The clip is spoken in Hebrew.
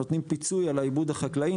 נותנים פיצוי על העיבוד החקלאי.